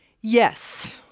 Yes